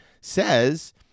says